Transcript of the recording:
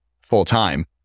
full-time